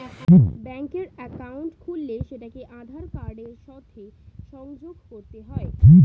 ব্যাঙ্কের অ্যাকাউন্ট খুললে সেটাকে আধার কার্ডের সাথে সংযোগ করতে হয়